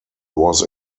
was